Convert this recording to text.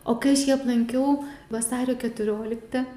o kai aš jį aplankiau vasario keturioliktą